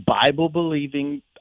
Bible-believing